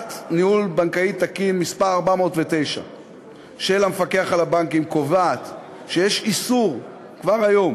הוראת ניהול בנקאי תקין מס' 409 של המפקח על הבנקים קובעת שיש כבר היום